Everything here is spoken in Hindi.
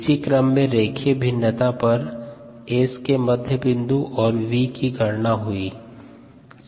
इसी क्रम में रेखीय भिन्नता पर S के मध्य बिंदु और v की गणना हुई है